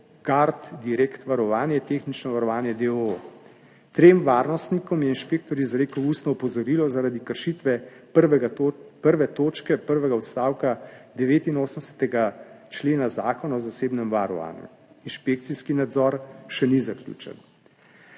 - DIREKT VAROVANJE, tehnično varovanje, d. o. o. Trem varnostnikom je inšpektor izrekel ustno opozorilo zaradi kršitve 1. točke prvega odstavka 89. člena Zakona o zasebnem varovanju. Inšpekcijski nadzor še ni zaključen.